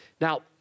Now